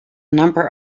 number